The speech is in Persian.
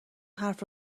حرف